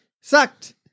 sucked